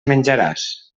menjaràs